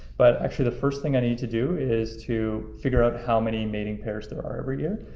but actually, the first thing i need to do is to figure out how many mating pairs that are every year.